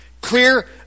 clear